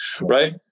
Right